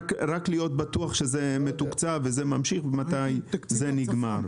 רק להיות בטוח שזה מתוקצב וזה ממשיך ומתי זה נגמר.